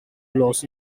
los